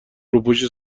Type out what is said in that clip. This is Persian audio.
روپوش